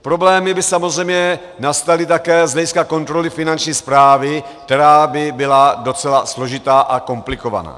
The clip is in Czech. Problémy by samozřejmě nastaly také z hlediska kontroly Finanční správy, která by byla docela složitá a komplikovaná.